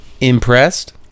impressed